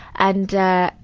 and, ah,